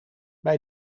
bij